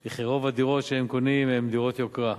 כי רוב הדירות שהם קונים הן דירות יוקרה.